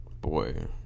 Boy